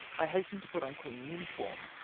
i hastened to put on clean uniform,